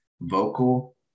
vocal